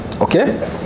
Okay